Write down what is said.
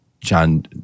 john